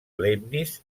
leibniz